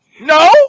No